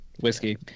whiskey